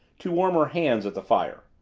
to warm her hands at the fire.